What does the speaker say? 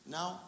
Now